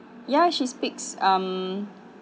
ya she speaks um